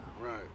right